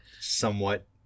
somewhat